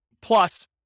plus